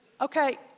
Okay